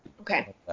Okay